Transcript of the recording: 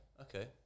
Okay